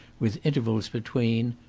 with intervals between,